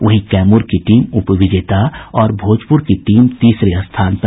वहीं कैमूर की टीम उप विजेता और भोजपुर की टीम तीसरे स्थान पर ही